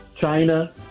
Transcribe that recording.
China